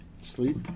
Sleep